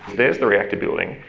there's the reactor building.